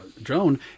Drone